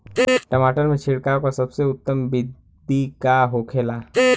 टमाटर में छिड़काव का सबसे उत्तम बिदी का होखेला?